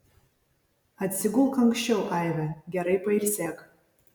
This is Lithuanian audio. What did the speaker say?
atsigulk anksčiau aive gerai pailsėk